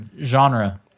genre